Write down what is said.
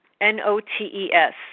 N-O-T-E-S